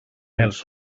els